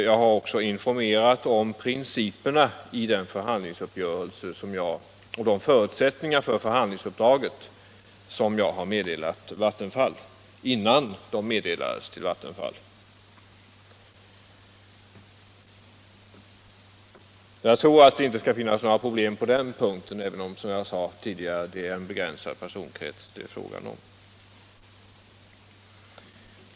Jag har också informerat kommunen om principerna och förutsättningarna för förhandlingsuppdraget innan de meddelades Vattenfall. Jag tror inte att det skall finnas några problem på den punkten, även om det är —- som jag sade tidigare — en begränsad personkrets det är fråga om.